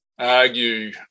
argue